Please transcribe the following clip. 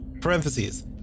Parentheses